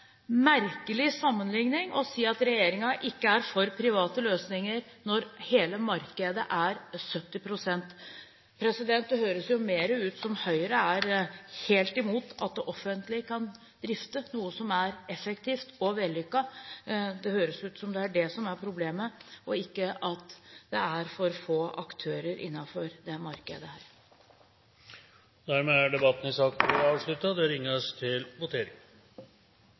merkelig sammenligning å si at regjeringen ikke er for private løsninger, når private har 70 pst. av hele markedet. Det høres jo mer ut som om Høyre er helt imot at det offentlige kan drifte noe som er effektivt og vellykket. Det høres ut som om det er det som er problemet – ikke at det er for få aktører i dette markedet. Da er debatten i sak